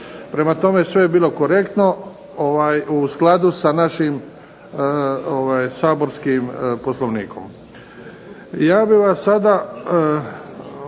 Prema tome, sve je bilo korektno u skladu sa našim saborskim Poslovnikom.